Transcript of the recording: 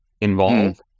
involved